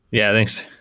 yeah. thanks.